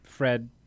Fred